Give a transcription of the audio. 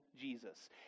Jesus